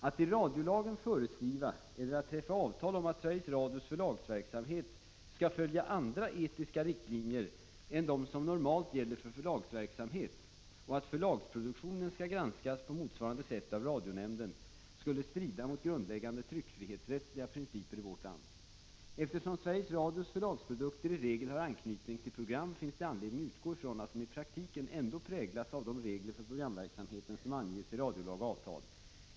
Att i radiolagen föreskriva eller att träffa avtal om att Sveriges Radios förlagsverksamhet skall följa andra etiska riktlinjer än dem som normalt gäller för förlagsverksamhet och att förlagsproduktionen skall granskas på motsvarande sätt av radionämnden skulle strida mot Prot. 1985/86:50 grundläggande tryckfrihetsrättsliga principer i vårt land. 12 december 1985 Eftersom Sveriges Radios förlagsprodukter i regel har anknytning till ZZZG— program finns det anledning utgå från att de i praktiken ändå präglas av de regler för programverksamheten som anges i radiolag och avtal.